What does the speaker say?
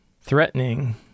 threatening